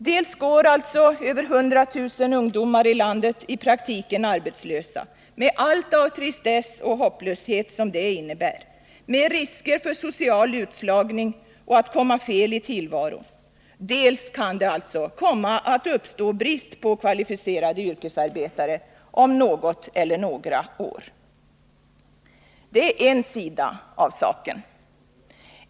Dels går 100 000 ungdomar i landet i praktiken arbetslösa med allt av tristess och hopplöshet som det innebär, med risker för social utslagning och för att komma fel i tillvaron, dels kan det komma att uppstå brist på kvalificerade yrkesarbetare om något eller några år. Det är en sida av saken.